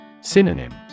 Synonym